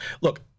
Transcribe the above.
Look